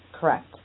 Correct